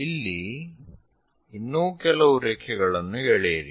ಇಲ್ಲಿ ಇನ್ನೂ ಕೆಲವು ರೇಖೆಗಳನ್ನು ಎಳೆಯಿರಿ